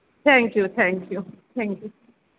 thank you thank you thank you